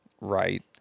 Right